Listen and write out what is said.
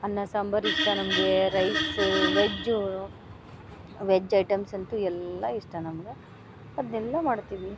ಅನ್ನ ಸಾಂಬರ್ ಇಷ್ಟ ನಮಗೆ ರೈಸ ವೆಜ್ಜು ವೆಜ್ ಐಟಮ್ಸ್ ಅಂತು ಎಲ್ಲ ಇಷ್ಟ ನಮ್ಗೆ ಅದ್ನೆಲ್ಲ ಮಾಡ್ತೀವಿ